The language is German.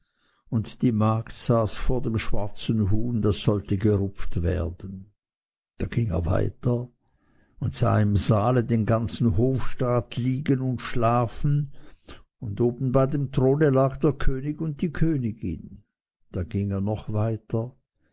und die magd saß vor dem schwarzen huhn das sollte gerupft werden da ging er weiter und sah im saale den ganzen hofstaat liegen und schlafen und oben bei dem throne lag der könig und die königin da ging er noch weiter